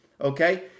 Okay